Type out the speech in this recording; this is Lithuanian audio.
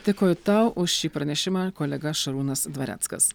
dėkoju tau už šį pranešimą kolega šarūnas dvareckas